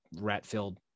rat-filled